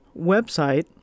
website